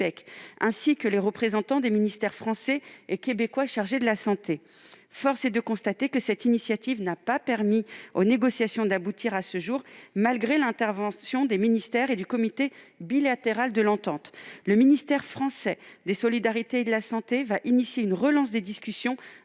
ainsi que les représentants des ministères français et québécois chargés de la santé. Force est de constater que cette initiative n'a, à ce jour, pas permis aux négociations d'aboutir, malgré l'intervention des ministères et du comité bilatéral de l'entente. Le ministère français des solidarités et de la santé engagera, dans les prochaines